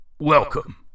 Welcome